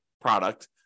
product